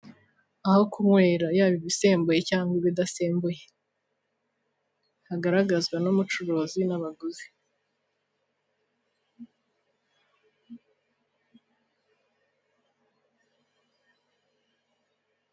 Aho kunywera yaba ibisembuye cyangwa ibidasembuye, hagaragazwa n'umucuruzi n'abaguzi.